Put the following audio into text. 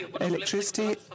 electricity